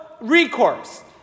recourse